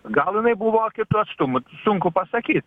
gal jinai buvo kitu atstumu sunku pasakyt